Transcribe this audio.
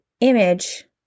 image